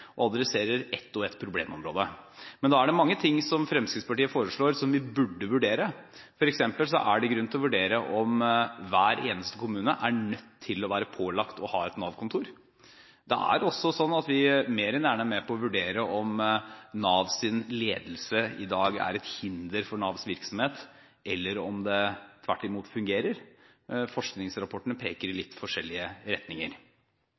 og adresserer ett og ett problemområde. Men da er det mange ting som Fremskrittspartiet foreslår som vi burde vurdere. For eksempel er det grunn til å vurdere om hver eneste kommune er nødt til å være pålagt å ha et Nav-kontor. Vi er også mer enn gjerne med på å vurdere om Navs ledelse i dag er et hinder for Navs virksomhet, eller om det tvert imot fungerer. Forskningsrapportene peker i litt forskjellige retninger.